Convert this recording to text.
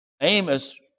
Amos